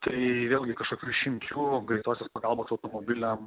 tai vėlgi kažkokių išimčių greitosios pagalbos automobiliam